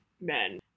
men